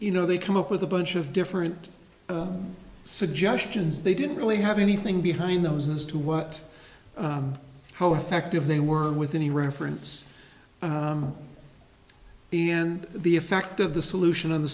you know they come up with a bunch of different suggestions they didn't really have anything behind those as to what how effective they were with any reference the end the effect of the solution on the